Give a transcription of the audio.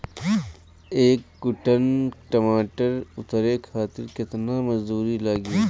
एक कुंटल टमाटर उतारे खातिर केतना मजदूरी लागी?